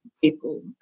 people